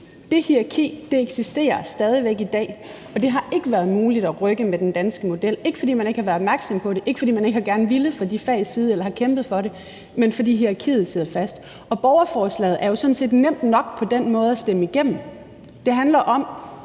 Det hierarki eksisterer stadig væk i dag, og det har ikke været muligt at rykke med den danske model; ikke fordi man ikke har været opmærksom på det, ikke fordi man ikke gerne har villet eller har kæmpet for det fra de fags side, men fordi hierarkiet sidder fast. Borgerforslaget er jo sådan set nemt nok på den måde at stemme igennem. Det handler om